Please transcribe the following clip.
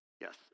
yes